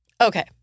Okay